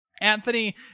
Anthony